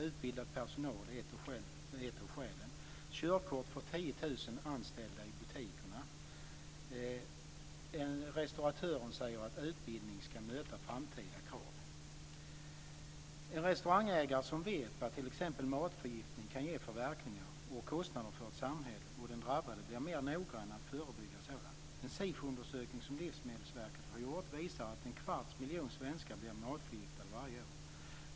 Utbildad personal är ett av skälen. Körkort för 10 000 anställda i butikerna. En restauratör säger att utbildning ska möta framtida krav. En restaurangägare som vet vad t.ex. matförgiftning kan ge för verkningar och kostnader för ett samhälle och för den drabbade blir mer noggrann att förebygga sådant. En SIFO-undersökning som Livsmedelsverket har gjort visar att en kvarts miljon svenskar blir matförgiftade varje år.